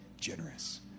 generous